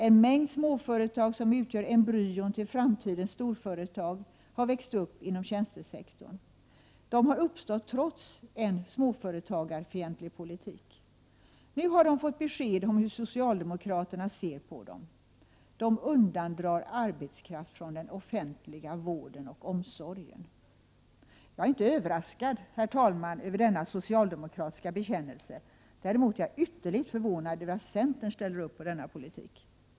En mängd småföretag som utgör embryon till framtidens storföretag har växt upp inom tjänstesektorn. De har uppstått trots en småföretagarfientlig politik. Nu har de fått besked om hur socialdemokraterna ser på dem — de undandrar arbetskraft från den offentliga vården och omsorgen. Jag är inte överraskad, herr talman, över denna socialdemokratiska bekännelse. Däremot är jag ytterligt förvånad över att centern ställer upp på denna politik.